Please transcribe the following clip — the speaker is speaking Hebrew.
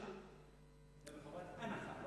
זה פטור מחובת אנחה.